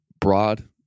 broad